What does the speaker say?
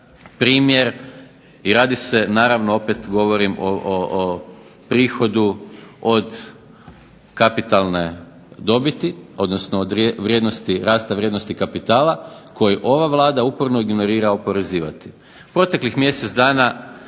primjer, i radi se, naravno opet govorim o prihodu od kapitalne dobiti, odnosno od vrijednosti, rasta vrijednosti kapitala, koji ova Vlada uporno ignorira oporezivati. Proteklih mjesec dana